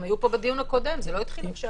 הם היו פה בדיון הקודם, זה לא התחיל עכשיו.